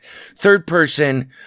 third-person